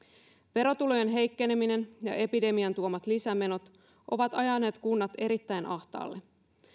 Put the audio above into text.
verotulojen heikkeneminen ja epidemian tuomat lisämenot ovat ajaneet kunnat erittäin ahtaalle